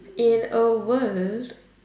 in a world